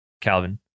Calvin